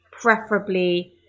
preferably